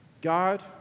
God